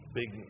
big